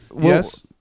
Yes